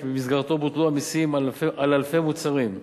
שבמסגרתו בוטלו המסים על אלפי מוצרים,